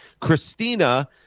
Christina